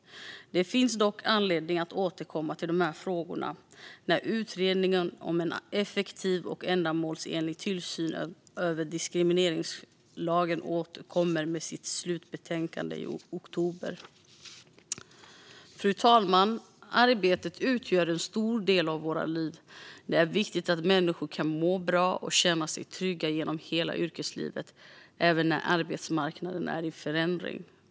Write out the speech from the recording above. Det finns dock anledning att återkomma till dessa frågor när Utredningen om en effektiv och ändamålsenlig tillsyn över diskrimineringslagen kommer med sitt slutbetänkande i oktober. Fru talman! Arbetet utgör en stor del av våra liv. Det är viktigt att människor kan må bra och känna sig trygga genom hela yrkeslivet, även när arbetsmarknaden är i förändring.